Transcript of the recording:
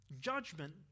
judgment